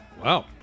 Wow